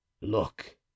look